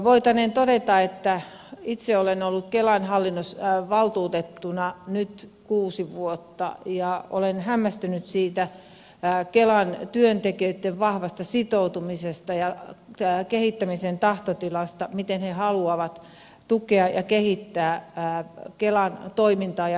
voitaneen todeta että itse olen ollut kelan valtuutettuna nyt kuusi vuotta ja olen hämmästynyt siitä kelan työntekijöitten vahvasta sitoutumisesta ja kehittämisen tahtotilasta miten he haluavat tukea ja kehittää kelan toimintaa ja asiakaspalveluja